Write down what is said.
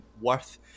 worth